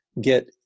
get